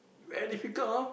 very difficult ah